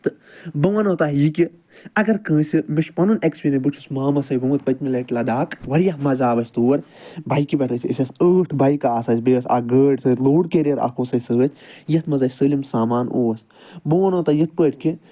تہٕ بہٕ وَنو تۄہہِ یہِ کہِ اَگر کٲنسہِ مےٚ چھُ پَنُن اٮ۪کٕسپِرٮ۪نٕس بہٕ چھُس مامَس سۭتۍ گوٚمُت پٔتۍمہِ لَٹہِ لداخ واریاہ مَزٕ آو اَسہِ تور بایِکہِ پٮ۪ٹھ ٲسۍ أسۍ ٲسۍ ٲٹھ بایِکہٕ آسہٕ اَسہِ بیٚیہِ ٲس اکھ گٲڑۍ ٲسۍ اَسہِ سۭتۍ لوڈ کٮ۪رِیر اوس اَسہِ سۭتۍ یَتھ مںٛز اَسہِ سٲلِم سامان اوس بہٕ وَنو تۄہہِ یِتھ پٲٹھۍ کہِ